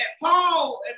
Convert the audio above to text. Paul